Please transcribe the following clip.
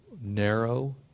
narrow